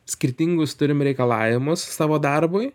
skirtingus turim reikalavimus savo darbui